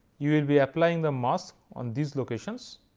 you will be applying the mask on these locations.